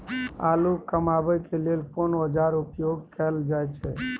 आलू कमाबै के लेल कोन औाजार उपयोग कैल जाय छै?